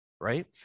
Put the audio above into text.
right